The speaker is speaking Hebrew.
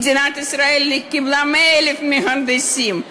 מדינת ישראל קיבלה 100,000 מהנדסים.